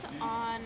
on